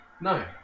No